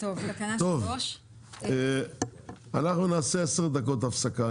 אנחנו נעשה 10 דקות הפסקה.